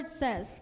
says